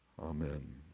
Amen